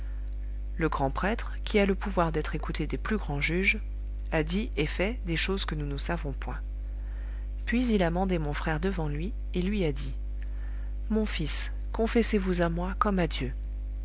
le grand prêtre qui a le pouvoir d'être écouté des plus grands juges a dit et fait des choses que nous ne savons point puis il a mandé mon frère devant lui et lui a dit mon fils confessez-vous à moi comme à dieu